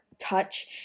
touch